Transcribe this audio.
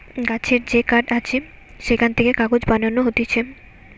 গাছের যে কাঠ আছে সেখান থেকে কাগজ বানানো হতিছে